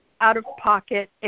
out-of-pocket